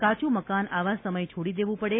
કાચું મકાન આવા સમયે છોડી દેવું પડે